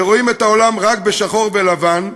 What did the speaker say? שרואים את העולם רק בשחור ולבן,